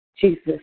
Jesus